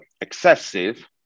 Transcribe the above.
excessive